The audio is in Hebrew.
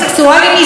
שלא לדבר,